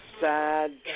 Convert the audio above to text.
sad